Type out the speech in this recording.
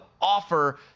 offer